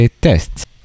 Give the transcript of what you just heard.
tests